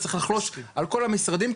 זה צריך לחלוש על כל המשרדים,